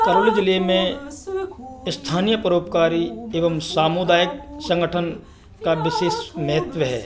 करौली जिले में स्थानीय परोपकारी एवं समुदायिक संगठन का विशेष महत्व है